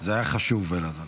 זה היה חשוב, אלעזר.